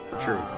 True